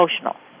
emotional